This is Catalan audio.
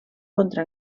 contra